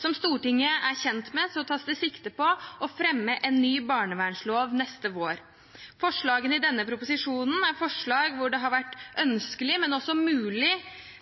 Som Stortinget er kjent med, tas det sikte på å fremme en ny barnevernslov neste vår. Forslagene i denne proposisjonen er forslag hvor det har vært ønskelig og også mulig